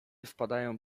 wpadają